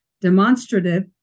demonstrative